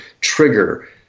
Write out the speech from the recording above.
trigger